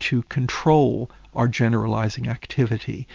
to control our generalising activity,